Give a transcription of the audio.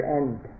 end